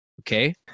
okay